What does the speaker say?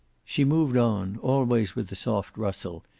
she moved on, always with the soft rustle,